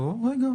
רגע.